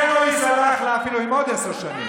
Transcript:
זה לא ייסלח לה אפילו בעוד עשר שנים.